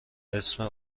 اسم